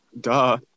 Duh